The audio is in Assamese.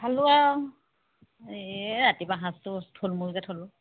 খালো আৰু এই ৰাতিপুৱা সাঁজটো থুলমুলকে থলোঁ